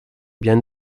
bien